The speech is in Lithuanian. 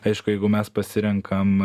aišku jeigu mes pasirenkam